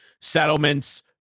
settlements